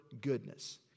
goodness